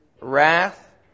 wrath